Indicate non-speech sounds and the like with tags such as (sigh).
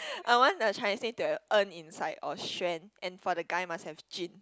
(breath) I want the Chinese name to have En inside or Xuan and for the guy must have Jun